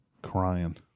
Crying